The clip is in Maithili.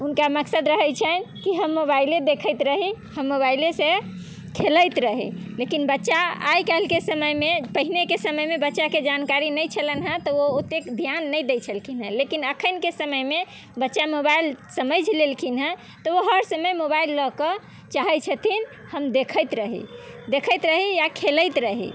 हुनका मकसद रहैत छनि कि हम मोबाइले देखैत रही हम मोबाइले से खेलैत रही लेकिन बच्चा आइ काल्हिके समयमे पहिनेके समयमे बच्चाके जानकारी नहि छलनि हँ तऽ ओ ओतेक ध्यान नहि दय छलखिन हँ लेकिन अखनके समयमे बच्चा मोबाइल समझि लेलखिन हँ तऽ ओ हर समय मोबाइल लऽ कऽ चाहैत छथिन हम देखैत रही देखैत रही या खेलैत रही